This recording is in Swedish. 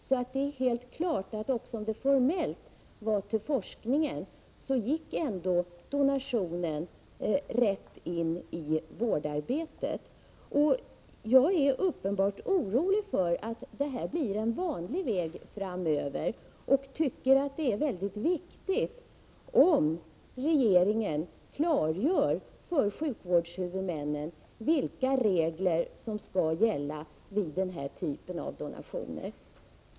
Det är alltså helt klart att även om donationen formellt avsåg forskningen, så gick pengarna rätt in i vårdarbetet. Jag är orolig för att det här blir en vanlig väg framöver, och jag tycker att det är mycket viktigt att regeringen klargör för sjukvårdshuvudmännen vilka regler som skall gälla vid den här typen av donationer.